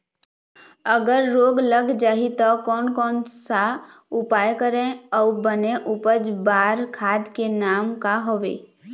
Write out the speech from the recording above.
अगर रोग लग जाही ता कोन कौन सा उपाय करें अउ बने उपज बार खाद के नाम का हवे?